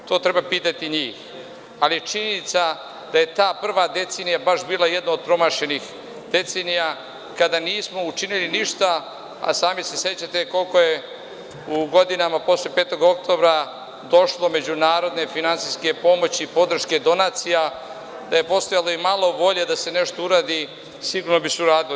To treba pitati njih, ali je činjenica da je ta prva decenija baš bila jedna od promašenih decenija, i to kada nismo učinili ništa, a sami se sećate koliko je godinama posle 5. oktobra došlo međunarodne finansijske pomoći, podrške donacija, da je postojalo imalo volje da se nešto uradi i sigurno bi se uradilo.